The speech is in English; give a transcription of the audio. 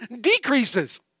decreases